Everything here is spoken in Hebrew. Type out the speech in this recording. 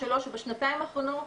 בשנתיים האחרונות,